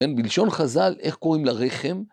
בלשון חז"ל, איך קוראים לרחם?